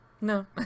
No